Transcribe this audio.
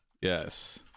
Yes